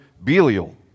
Belial